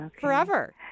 Forever